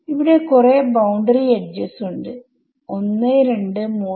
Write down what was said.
ഇവിടെ കുറെ boundary edges ഉണ്ട് 1234